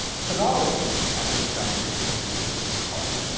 phonology, as this branch of linguistics is called,